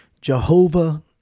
Jehovah